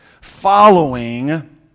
following